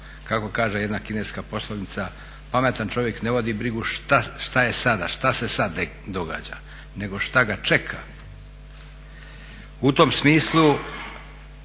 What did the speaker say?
Kako kaže jedna kineska poslovica pametan čovjek ne vodi brigu šta je sada, šta se sada događa nego šta ga čeka. U tom smislu